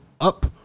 up